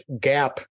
gap